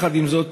יחד עם זאת,